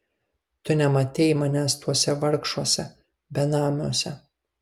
tu nematei manęs tuose vargšuose benamiuose